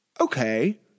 okay